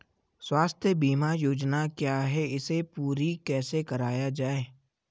स्वास्थ्य बीमा योजना क्या है इसे पूरी कैसे कराया जाए?